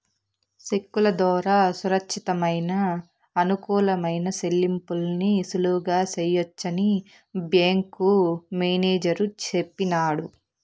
సెక్కుల దోరా సురచ్చితమయిన, అనుకూలమైన సెల్లింపుల్ని సులువుగా సెయ్యొచ్చని బ్యేంకు మేనేజరు సెప్పినాడు